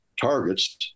targets